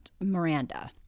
Miranda